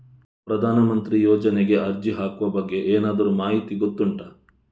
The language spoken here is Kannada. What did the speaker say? ಪ್ರಧಾನ ಮಂತ್ರಿ ಯೋಜನೆಗೆ ಅರ್ಜಿ ಹಾಕುವ ಬಗ್ಗೆ ಏನಾದರೂ ಮಾಹಿತಿ ಗೊತ್ತುಂಟ?